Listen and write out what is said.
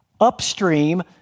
upstream